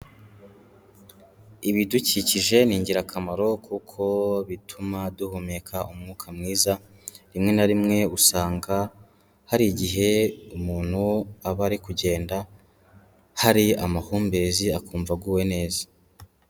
Ibidukikije ni ingirakamaro kuko bituma duhumeka umwuka mwiza, rimwe na rimwe usanga hari igihe umuntu aba ari kugenda, hari amahumbezi akumva aguwe neza.